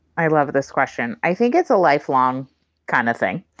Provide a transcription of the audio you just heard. i love this question. i think it's a lifelong kind of thing,